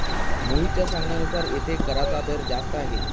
मोहितच्या सांगण्यानुसार येथे कराचा दर जास्त आहे